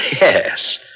Yes